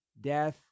death